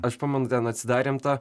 aš pamenu ten atsidarėm tą